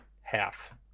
half